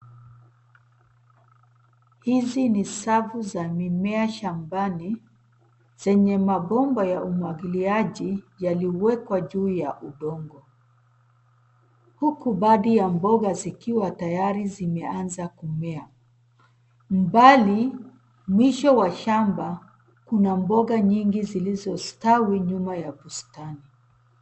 Hizi ni safu za mimea shambani zenye mabomba ya umwagiliaji yaliwekwa juu ya udongo, huku baadhi ya mboga zikiwa tayari zimeanza kumea. Mbali, mwisho wa shamba, kuna mboga nyingi zilizostawi nyuma ya bustani.